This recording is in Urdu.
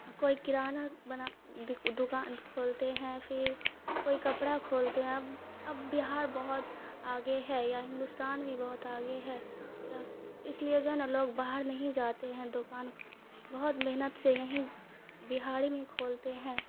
کوئی کرانہ بنا دکان کھولتے ہیں پھر کوئی کپڑا کھولتے ہیں اب بہار بہت آگے ہے یا ہندوستان بھی بہت آگے ہے یا اس لیے جو ہے نا لوگ باہر نہیں جاتے ہیں دکان بہت محنت سے یہیں بہار ہی میں کھولتے ہیں